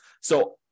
So-